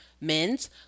men's